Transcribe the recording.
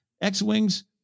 X-Wings